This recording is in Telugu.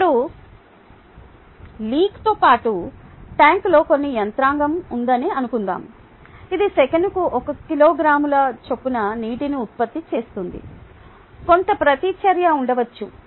ఇప్పుడు లీక్తో పాటు ట్యాంకులోనే కొన్ని యంత్రాంగం ఉందని అనుకుందాం ఇది సెకనుకు ఒక కిలోగ్రాముల చొప్పున నీటిని ఉత్పత్తి చేస్తుంది కొంత ప్రతిచర్య ఉండవచ్చు